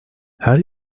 her